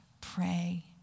pray